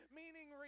meaning